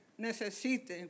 necesite